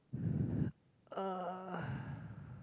uh